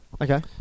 Okay